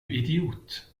idiot